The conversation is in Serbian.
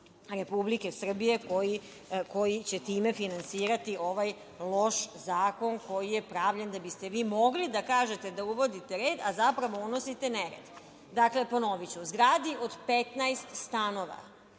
Republike Srbije koji će time finansirati ovaj loš zakon koji je pravljen da biste vi mogli da kažete da uvodite red, a zapravo unosite nered. Dakle, ponoviću. U zgradi od 15 stanova,